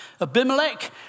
Abimelech